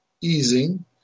easing